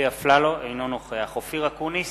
אינו נוכח אופיר אקוניס,